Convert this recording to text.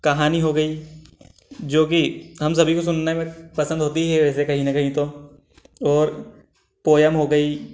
कहानी हो गई जो कि हम सभी को सुनने में पसंद होती है वैसे कहीं न कहीं तो और पोएम हो गई